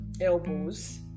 elbows